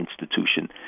institution